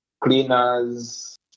cleaners